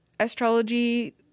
Astrology